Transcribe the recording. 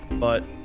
but.